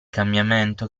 cambiamento